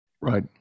Right